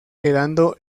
quedando